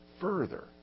further